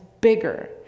bigger